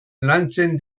lantzen